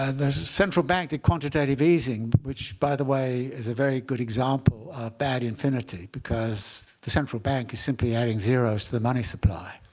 and there's a central bank to quantitative easing which, by the way, is a very good example of bad infinity because the central bank is simply adding zeros to the money supply.